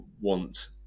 want